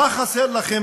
מה חסר לכם